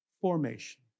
formation